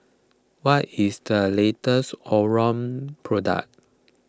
what is the latest Omron product